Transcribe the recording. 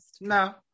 No